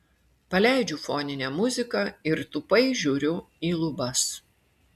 paleidžiu foninę muziką ir tūpai žiūriu į lubas